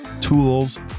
tools